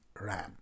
RAM